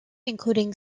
including